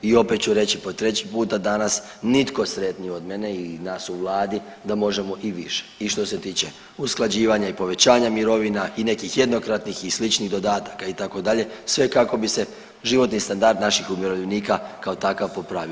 I opet ću reći po treći puta danas nitko sretniji od mene i nas u Vladi da možemo i više i što se tiče usklađivanja i povećanja mirovina i nekih jednokratnih i sličnih dodataka itd. sve kako bi se životni standard naših umirovljenika kao takav popravio.